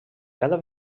cada